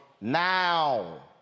Now